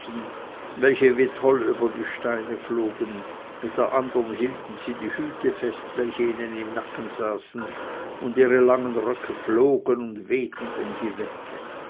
welche wie toll über die steine flogen mit der anderen hielten sie die hüte fest welche ihnen im nacken saßen und ihre langen röcke flogen und wehten um die wette